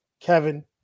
Kevin